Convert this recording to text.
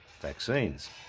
vaccines